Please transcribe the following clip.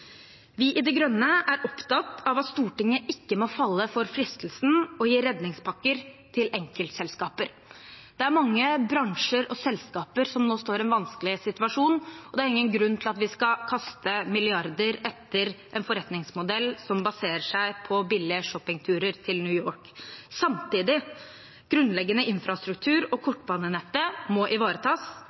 Vi i De Grønne er opptatt av at Stortinget ikke må falle for fristelsen til å gi redningspakker til enkeltselskaper. Det er mange bransjer og selskaper som nå står i en vanskelig situasjon, og det er ingen grunn til at vi skal kaste milliarder etter en forretningsmodell som baserer seg på billige shoppingturer til New York. Samtidig må grunnleggende infrastruktur og kortbanenettet ivaretas. Det er spesielt viktig nå som vi må